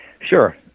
Sure